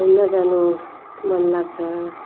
घुम्न जानु मन लाग्छ